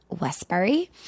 Westbury